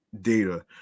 data